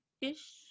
ish